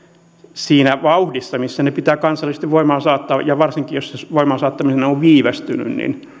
siinä vauhdissa missä ne pitää kansallisesti voimaan saattaa ja varsinkin jos se voimaan saattaminen on viivästynyt